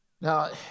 Now